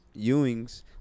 Ewings